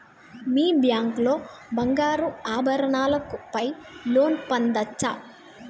మీ bank లో బంగారు ఆభరణాల పై లోన్ పొందచ్చా?